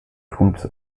troops